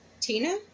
Tina